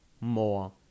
more